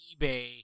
eBay